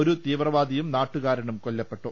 ഒരു തീവ്രവാദിയും നാട്ടുകാരനും കൊല്ലപ്പെട്ടു